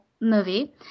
movie